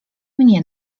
mnie